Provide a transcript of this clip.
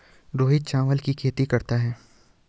रोहित चावल की खेती करता है